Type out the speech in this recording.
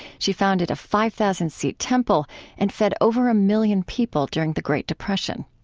she founded a five thousand seat temple and fed over a million people during the great depression.